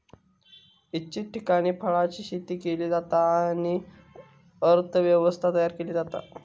इच्छित ठिकाणी फळांची शेती केली जाता आणि अर्थ व्यवस्था तयार केली जाता